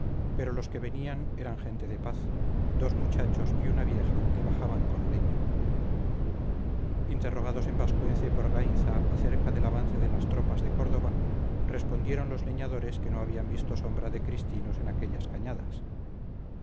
pero los que venían eran gente de paz dos muchachos y una vieja que bajaban con leña interrogados en vascuence por gainza acerca del avance de las tropas de córdova respondieron los leñadores que no habían visto sombra de cristinos en aquellas cañadas